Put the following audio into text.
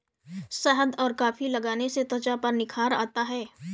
शहद और कॉफी लगाने से त्वचा पर निखार आता है